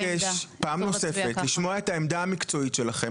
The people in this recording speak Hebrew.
ולפיכך אני מבקש פעם נוספת לשמוע את העמדה המקצועית שלכם,